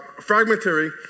fragmentary